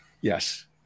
Yes